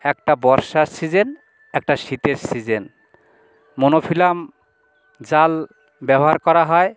একটা বর্ষার সিজন একটা শীতের সিজন মনফিলাম জাল ব্যবহার করা হয়